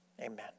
amen